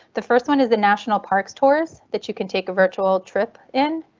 the first one is the national park tours that you can take a virtual trip in.